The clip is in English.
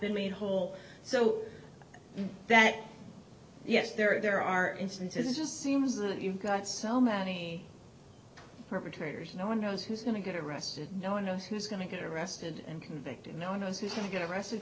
been made whole so that yes there are instances it just seems that you've got so many perpetrators no one knows who's going to get arrested no one knows who's going to get arrested and convicted no one knows who's going to get arrested